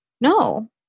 No